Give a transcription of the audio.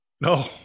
No